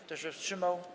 Kto się wstrzymał?